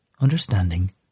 Understanding